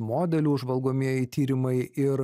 modelių žvalgomieji tyrimai ir